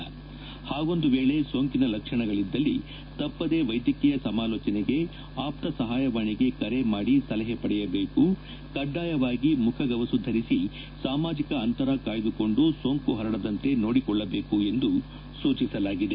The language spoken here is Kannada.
ಪಾಗೊಂದು ವೇಳೆ ಸೋಂಕಿನ ಲಕ್ಷಣಗಳಿದ್ದಲ್ಲಿ ತಪ್ಪದೇ ವೈದ್ಯಕೀಯ ಸಮಾಲೋಜನೆ ನಡೆಸಿ ಆಪ್ತ ಸಹಾಯವಾಣಿಗೆ ಕರೆ ಮಾಡಿ ಸಲಹೆ ಪಡೆಯಬೇಕು ಕಡ್ಲಾಯವಾಗಿ ಮುಖಗವಸು ಧರಿಸಿ ಸಾಮಾಜಿಕ ಅಂತರ ಕಾಯ್ಲುಕೊಂಡು ಸೋಂಕು ಪರಡದಂತೆ ನೋಡಿಕೊಳ್ಳಬೇಕು ಎಂದು ಸೂಚಿಸಲಾಗಿದೆ